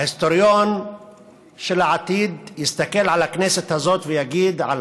ההיסטוריון של העתיד יסתכל על הכנסת הזאת ויגיד על